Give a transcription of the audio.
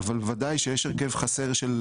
כשיש הרכב חסר של